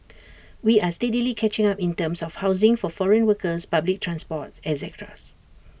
we are steadily catching up in terms of housing for foreign workers public transport etc